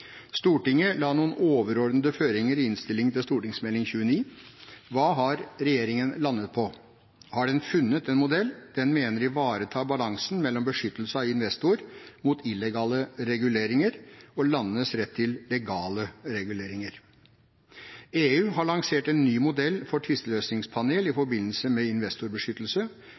Stortinget la noen overordnede føringer i innstillingen til Meld. St. 29 for 2014–2015. Hva har regjeringen landet på? Har den funnet en modell den mener ivaretar balansen mellom beskyttelse av investor mot illegale reguleringer og landenes rett til legale reguleringer? EU har lansert en ny modell for tvisteløsningspanel i forbindelse med investorbeskyttelse,